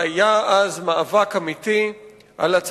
עת היה מאבק אמיתי עליה.